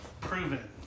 proven